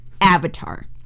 Avatar